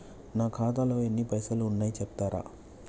నా ఖాతాలో ఎన్ని పైసలు ఉన్నాయి చెప్తరా?